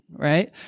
Right